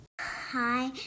Hi